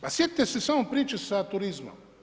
Pa sjetite se samo priče sa turizmom.